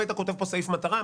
אם היית כותב פה סעיף מטרה,